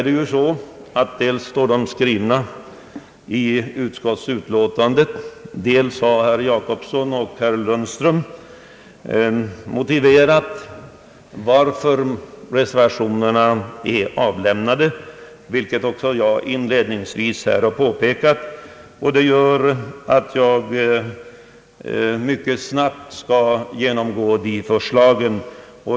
Dels återfinns de i utskottets betänkande, dels har herr Gösta Jacobsson och herr Lundström motiverat varför reservationerna är avlämnade — vilket jag också inledningsvis har påpekat. Det gör att jag mycket snabbt skall gå igenom dessa förslag.